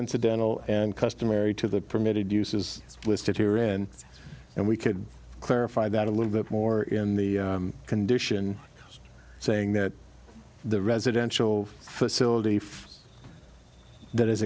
incidental and customary to the permitted uses listed here in and we could clarify that a little bit more in the condition saying that the residential facility that